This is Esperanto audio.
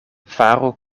faru